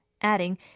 adding